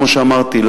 כמו שאמרתי,